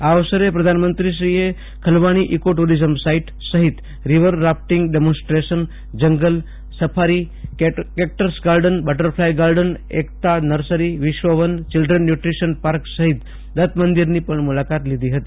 આ અવસરે પ્રધાનમંત્રીશ્રીએ ખલવાણી ઈકો ટુરિઝમ સાઈટ સહિત river rafting demonstration jungle safari ફેકટર્સ garden butterfly garden Ekta nursery વિશ્વ વન ચિલ્ડ્રન ન્યુટ્રિશીયન પાર્ક સહિત દત્ત મંદિરની પણ મુલાકાત લીધી હતી